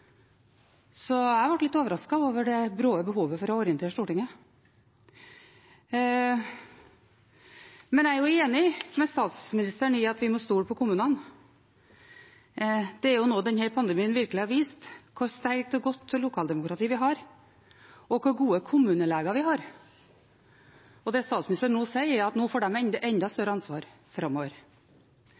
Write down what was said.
Så jeg ble litt overrasket over det bråe behovet for å orientere Stortinget. Men jeg er enig med statsministeren i at vi må stole på kommunene. Det er jo noe denne pandemien virkelig har vist: hvor sterkt og godt lokaldemokrati vi har, og hvor gode kommuneleger vi har. Og det statsministeren sier, er at nå får de enda større ansvar framover.